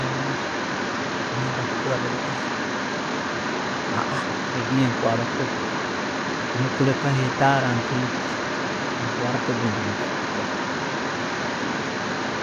Mbyamiire, tinyenda kuhuura radio, radio entwaara kubi, no'kulekaho ettaara, bintwara kubi.